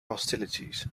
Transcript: hostilities